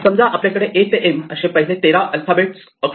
समजा आपल्याकडे A ते M असे पहिले 13 अल्फाबेट अक्षरे आहे